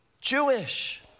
Jewish